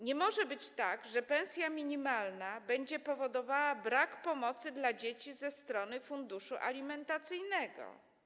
Nie może być tak, że pensja minimalna będzie powodowała brak pomocy dla dzieci ze strony funduszu alimentacyjnego.